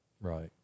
Right